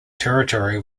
territory